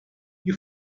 you